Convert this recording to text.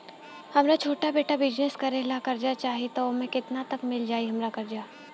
हमरा छोटा बिजनेस करे ला कर्जा चाहि त ओमे केतना तक मिल जायी हमरा कर्जा?